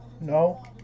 No